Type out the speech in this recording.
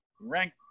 Rank